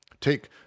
Take